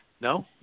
No